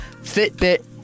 Fitbit